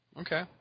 Okay